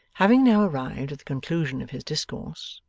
having now arrived at the conclusion of his discourse,